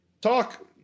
talk